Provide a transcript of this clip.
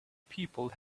people